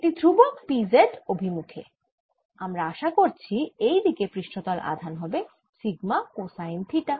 এটি ধ্রুবক P z অভিমুখে আমরা আশা করছি এইদিকে পৃষ্ঠতল আধান হবে সিগমা কোসাইন থিটা